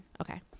Okay